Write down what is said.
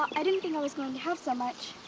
i didn't think i was going to have so much,